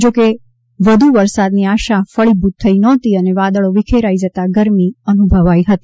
જોકે વધુ વરસાદની આશા ફળીભૂત થઈ નહોતી અને વાદળો વિખેરાઈ જતા ગરમી અનુભવાઈ હતી